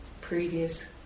previous